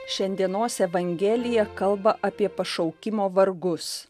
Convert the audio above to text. šiandienos evangelija kalba apie pašaukimo vargus